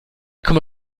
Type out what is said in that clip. komma